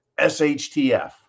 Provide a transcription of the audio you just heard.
SHTF